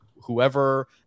whoever